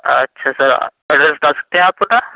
اچھا سر دستیاب پتہ